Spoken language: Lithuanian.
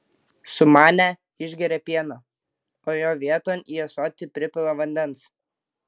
sumanę išgeria pieną o jo vieton į ąsotį pripila vandens